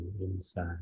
inside